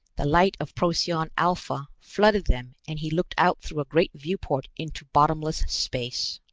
the light of procyon alpha flooded them and he looked out through a great viewport into bottomless space.